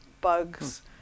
bugs